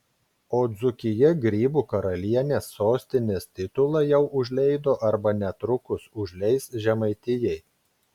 o dzūkija grybų karalienės sostinės titulą jau užleido arba netrukus užleis žemaitijai